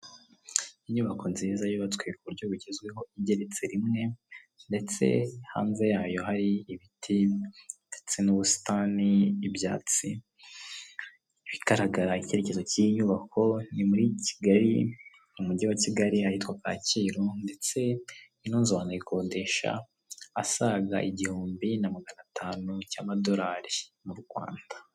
Inyubako nziza yubatswe ku buryo bugezweho igeretse imwe ndetse hanze yayo hari ibiti ndetse n'ubusitani bw'ibyatsi bigaragara icyerekezo cy'iyi nyubako ni muri kigali mumujyi wa kigali ahitwa kacyiru ndetse ino nzu wayikodesha asaga igihumbi na magana atanu cy'amadolari mu Rwanda.